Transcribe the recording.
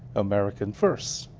american first.